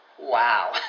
wow